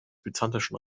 byzantinischen